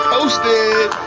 Posted